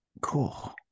Cool